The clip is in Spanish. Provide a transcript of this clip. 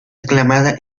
aclamada